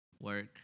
Work